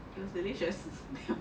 it was delicious is better than